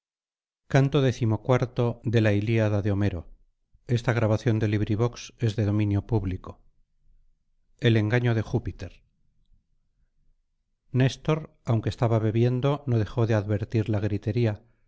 de júpiter néstor aunque estaba bebiendo no dejó de advertir la gritería